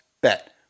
bet